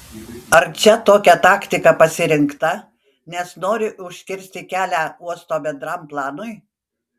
ar čia tokia taktika pasirinkta nes nori užkirsti kelią uosto bendram planui